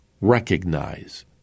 recognize